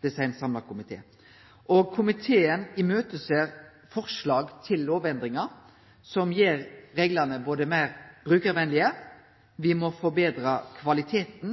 Det seier ein samla komité. Komiteen ser fram til forslag til lovendringar som gjer reglane meir brukarvenlege. Me må betre kvaliteten